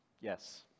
Yes